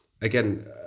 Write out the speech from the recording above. again